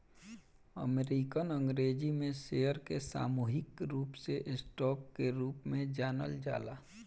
American अंग्रेजी में share के सामूहिक रूप से स्टॉक के रूप में जानल जाला